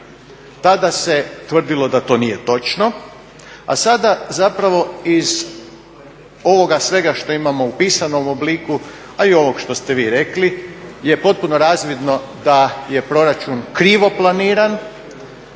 Tada se tvrdilo da to nije točno, a sada zapravo iz ovoga svega što imamo u pisanom obliku a i ovog što ste vi rekli je potpuno razvidno da je proračun krivo planiran